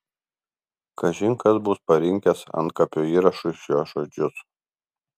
kažin kas bus parinkęs antkapio įrašui šiuos žodžius